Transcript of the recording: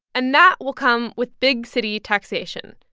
and that will come with big city taxation.